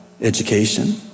education